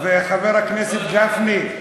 חבר הכנסת גפני,